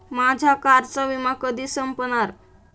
माझ्या कारचा विमा कधी संपणार